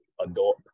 adult